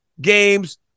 games